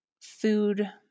food